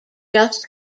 just